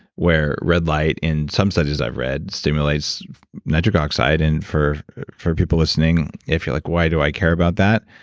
where red light, in some studies i've read, stimulates nitric oxide. and for for people listening, if you're like, why do i care about that?